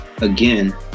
again